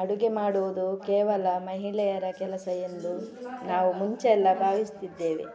ಅಡುಗೆ ಮಾಡುವುದು ಕೇವಲ ಮಹಿಳೆಯರ ಕೆಲಸ ಎಂದು ನಾವು ಮುಂಚೆಯೆಲ್ಲ ಭಾವಿಸ್ತಿದ್ದೇವೆ